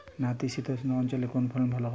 নাতিশীতোষ্ণ অঞ্চলে কোন ফসল ভালো হয়?